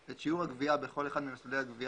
את שיעורי הגביה בכל אחד ממסלולי הגביה